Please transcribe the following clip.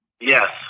Yes